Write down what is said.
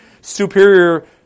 superior